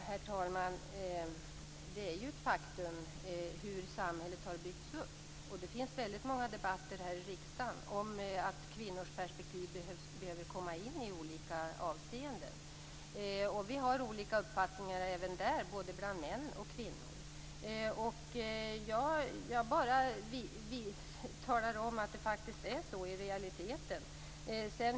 Herr talman! Det är ett faktum, så har samhället byggts upp. Det finns väldigt många debatter här i riksdagen om att kvinnors perspektiv behöver komma in i olika avseenden. Vi har olika uppfattningar även där, både bland män och kvinnor. Jag bara talar om att det är så i realiteten.